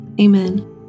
Amen